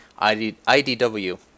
IDW